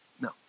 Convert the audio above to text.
No